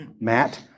Matt